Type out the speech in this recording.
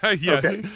Yes